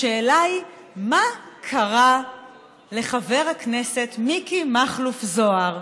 השאלה היא מה קרה לחבר הכנסת מיקי מכלוף זוהר,